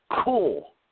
Cool